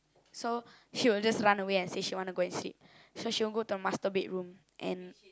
so she will just run away and say she want to go and sleep so she want go to the master bedroom and